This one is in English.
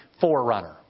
forerunner